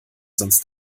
sonst